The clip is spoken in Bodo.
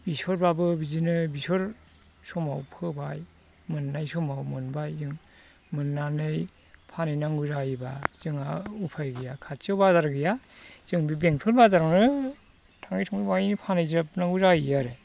बेसरबाबो बिदिनो बेसर समाव फोबाय मोननाय समाव मोनबाय जों मोननानै फानहैनांगौ जायोबा जोंहा उफाय गैया खाथियाव बाजार गैया जों बे बेंथल बाजारावनो थाङै थुङै बेवहायनो फानहैजोबनांगौ जाहैयो आरो